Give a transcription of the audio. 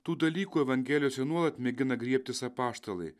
tų dalykų evangelijose nuolat mėgina griebtis apaštalai